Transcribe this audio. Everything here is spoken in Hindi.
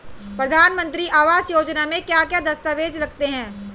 प्रधानमंत्री आवास योजना में क्या क्या दस्तावेज लगते हैं?